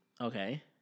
Okay